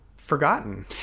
forgotten